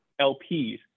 LPs